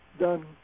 done